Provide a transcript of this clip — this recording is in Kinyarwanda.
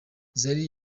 zari